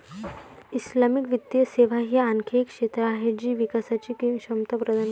Islamic वित्तीय सेवा ही आणखी एक क्षेत्र आहे जी विकासची क्षमता प्रदान करते